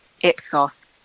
Ipsos